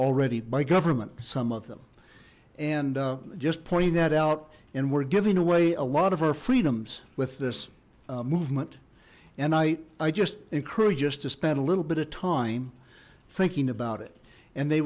already by government some of them and just pointing that out and we're giving away a lot of our freedoms with this movement and i i just encourage us to spend a little bit of time thinking about it and they